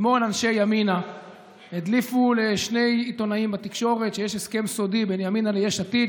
ימינה הדליפו לשני עיתונאים בתקשורת שיש הסכם סודי בין ימינה ליש עתיד,